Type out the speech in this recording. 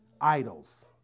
idols